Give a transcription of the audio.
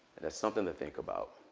and that's something to think about.